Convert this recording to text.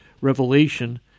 revelation